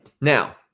Now